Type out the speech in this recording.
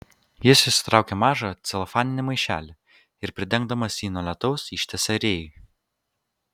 jis išsitraukė mažą celofaninį maišelį ir pridengdamas jį nuo lietaus ištiesė rėjui